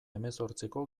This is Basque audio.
hemezortziko